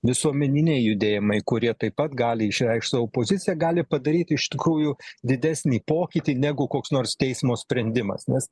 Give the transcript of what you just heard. visuomeniniai judėjimai kurie taip pat gali išreikšt savo poziciją gali padaryt iš tikrųjų didesnį pokytį negu koks nors teismo sprendimas nes